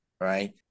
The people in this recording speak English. right